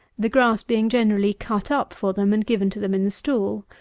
the grass being generally cut up for them and given to them in the stall.